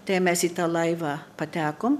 tai mes į tą laivą patekom